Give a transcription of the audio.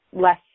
less